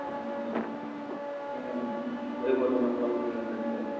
ହୁଁ ହୁଁ ବହିପତ୍ର ପୁରାପୁରି ଏଇନେ ଚାଲିଛି ଆଉ